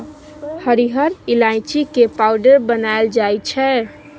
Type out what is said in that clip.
हरिहर ईलाइची के पाउडर बनाएल जाइ छै